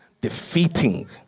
defeating